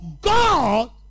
God